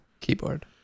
keyboard